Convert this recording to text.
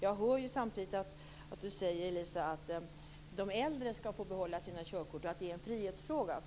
Jag hör ju att Elisa Abascal Reyes samtidigt säger att de äldre skall få behålla sina körkort därför att det är en frihetsfråga.